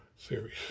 series